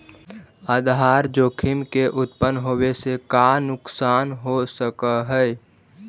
आधार जोखिम के उत्तपन होवे से का नुकसान हो सकऽ हई?